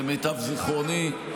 למיטב זיכרוני.